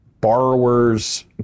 borrowers